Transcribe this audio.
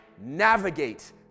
navigate